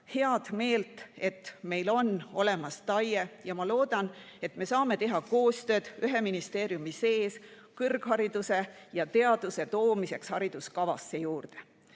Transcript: heameelt, et meil on olemas TAIE. Ma loodan, et me saame teha koostööd ühe ministeeriumi sees kõrghariduse ja teaduse hariduskavasse